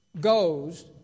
goes